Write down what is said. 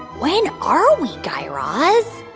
when are we, guy raz?